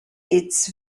its